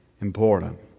Important